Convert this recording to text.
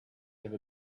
have